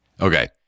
Okay